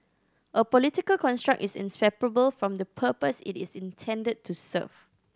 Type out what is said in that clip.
a political construct is inseparable from the purpose it is intended to serve